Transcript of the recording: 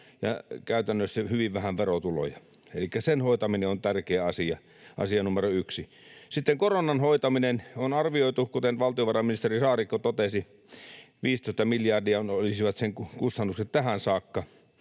ja käytännössä hyvin vähän verotuloja. Elikkä sen hoitaminen on tärkeä asia, asia numero yksi. Sitten koronan hoitaminen. On arvioitu, kuten valtiovarainministeri Saarikko totesi, että 15 miljardia olisivat sen kustannukset tähän saakka.